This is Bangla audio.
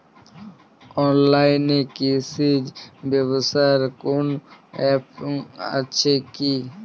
অনলাইনে কৃষিজ ব্যবসার কোন আ্যপ আছে কি?